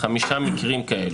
חמישה מקרים כאלו.